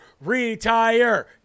Retire